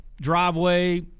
driveway